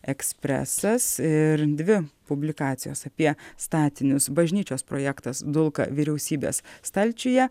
ekspresas ir dvi publikacijos apie statinius bažnyčios projektas dulka vyriausybės stalčiuje